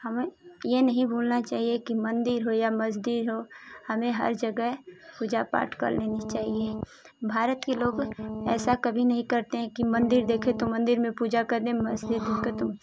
हमें ये नहीं भूलना चाहिए कि मंदिर हो या मस्जिद हो हमें हर जगह पूजा पाठ कर लेनी चाहिए भारत के लोग ऐसा कभी नहीं करते हैं कि मंदिर देखे तो मंदिर में पूजा कर लें मस्जिद देखे तो